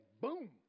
boom